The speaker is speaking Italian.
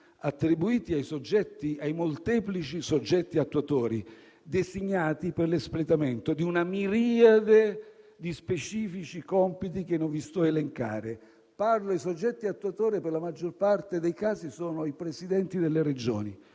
attribuiti ai molteplici soggetti attuatori, designati per l'espletamento di una miriade di specifici compiti, che non vi sto ad elencare. I soggetti attuatori per la maggior parte dei casi sono i Presidenti delle Regioni,